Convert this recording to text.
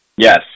Yes